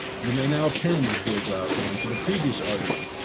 you may now append, dear glaucon, to the previous argument.